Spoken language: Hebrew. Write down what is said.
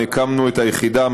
הקמנו את היחידה,